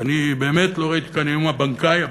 כי אני באמת לא ראיתי כאן יום הבנקאי הבין-לאומי,